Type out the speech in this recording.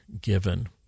given